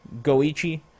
Goichi